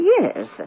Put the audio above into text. yes